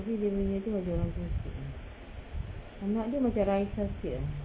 tadi dia punya tu macam orang tua sikit ah anak dia macam raisya sikit ah